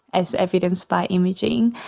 as evidenced by imaging.